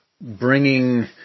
bringing